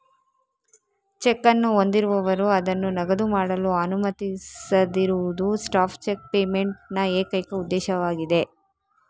check ಅನ್ನು ಹೊಂದಿರುವವರು ಅದನ್ನು ನಗದು ಮಾಡಲು ಅನುಮತಿಸದಿರುವುದು ಸ್ಟಾಪ್ ಚೆಕ್ ಪೇಮೆಂಟ್ ನ ಏಕೈಕ ಉದ್ದೇಶವಾಗಿದೆ